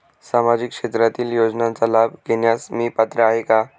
सामाजिक क्षेत्रातील योजनांचा लाभ घेण्यास मी पात्र आहे का?